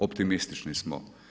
Optimistični smo.